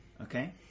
Okay